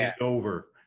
over